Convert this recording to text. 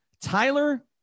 Tyler